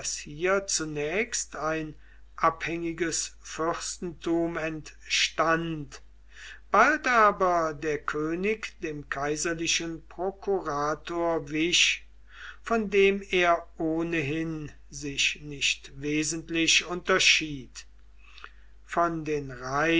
hier zunächst ein abhängiges fürstenrum entstand bald aber der könig dem kaiserlichen prokurator wich von dem er ohnehin sich nicht wesentlich unterschied von den